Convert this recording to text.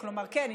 כן,